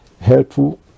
helpful